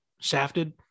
shafted